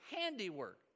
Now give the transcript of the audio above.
handiwork